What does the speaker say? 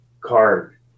card